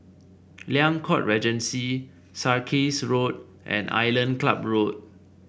Liang Court Regency Sarkies Road and Island Club Road